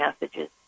messages